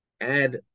add